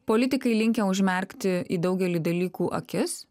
politikai linkę užmerkti į daugelį dalykų akis